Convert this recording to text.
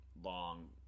long